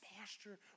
posture